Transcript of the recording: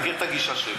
אתה מכיר את הגישה שלי.